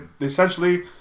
Essentially